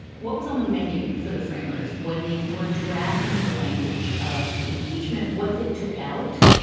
what was on the menu for the framers when they were drafting the language of impeachment. what they took out.